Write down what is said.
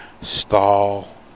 stall